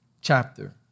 chapter